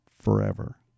forever